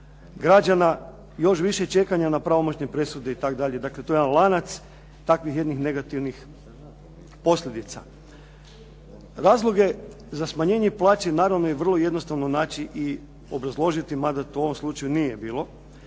građana, još više čekanja na pravomoćne presude itd. Dakle, to je jedan lanac takvih jednih negativnih posljedica. Razloge za smanjenje plaće naravno je vrlo jednostavno naći i obrazložiti, mada to u ovom slučaju nije bilo.